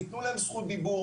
תנו להם זכות דיבור